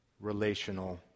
relational